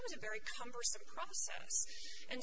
was very cumbersome and